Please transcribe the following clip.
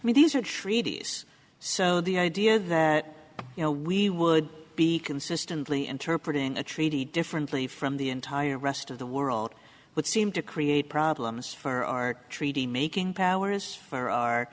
i mean these are treaties so the idea that you know we would be consistently interpreted in a treaty differently from the entire rest of the world would seem to create problems for our treaty making powers for our